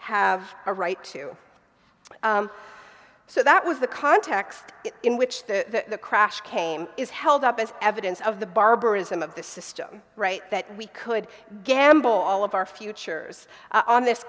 have a right to so that was the context in which the crash came is held up as evidence of the barbarism of the system right that we could gamble all of our futures on this